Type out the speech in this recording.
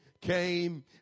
came